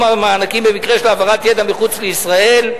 המענקים במקרה של העברת ידע מחוץ לישראל.